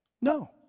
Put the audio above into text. No